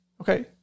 Okay